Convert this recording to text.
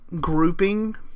grouping